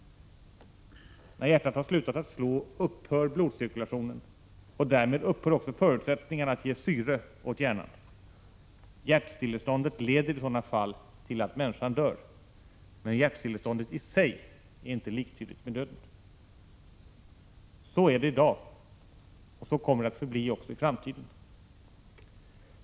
När hjärtat har slutat slå upphör blodcirkulationen, och därmed upphör också förutsättningarna att ge syre åt hjärnan. Hjärtstilleståndet leder i sådana fall till att människan dör, men hjärtstilleståndet i sig är inte liktydigt med döden. Så är det i dag, och så kommer det att förbli också i framtiden.